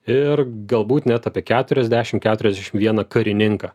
ir galbūt net apie keturiasdešim keturiasdešim vieną karininką